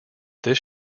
this